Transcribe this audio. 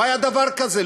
לא היה דבר כזה.